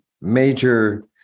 major